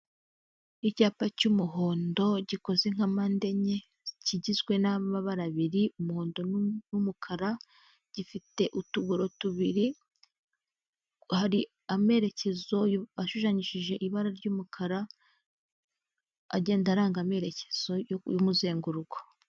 Icyapa cy'umuhondo gikoze nkampande enye kigizwe n'amabara abiri umuhondo, n'umukara gifite utuburo tubiri hari amerekezo ashushanyishije ibara ry'umukara agenda aranga amerekezo y'umuzenguruko.